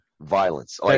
violence